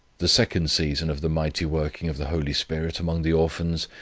the second season of the mighty working of the holy spirit among the orphans,